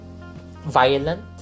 violent